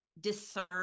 discern